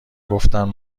گفتم